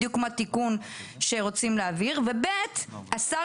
בדיוק כמו התיקון שרוצים להעביר ו-(ב) השר